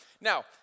Now